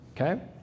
okay